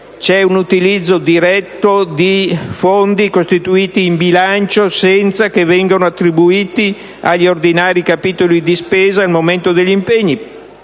C'è un utilizzo diretto di fondi costituiti in bilancio senza che vengano attribuiti agli ordinari capitoli di spesa al momento degli impegni,